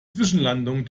zwischenlandungen